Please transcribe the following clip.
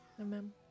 Amen